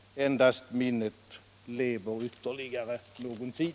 Endast minnet lever ytterligare någon tid.